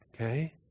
Okay